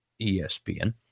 ESPN